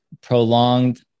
prolonged